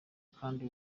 kandi